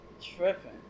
Tripping